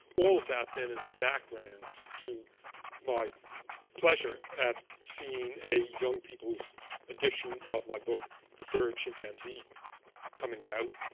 all of that, then, is the background to my pleasure at seeing a young people's edition of my book the third chimpanzee coming out.